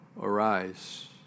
Arise